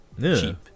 cheap